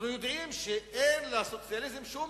אנחנו יודעים שאין לסוציאליזם שום